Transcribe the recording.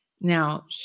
Now